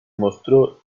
mostró